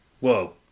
Whoa